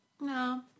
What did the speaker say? No